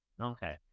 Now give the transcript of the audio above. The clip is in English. Okay